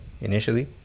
initially